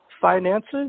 finances